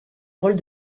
rôle